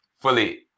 fully